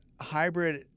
hybrid